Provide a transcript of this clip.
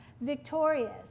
victorious